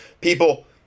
People